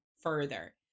further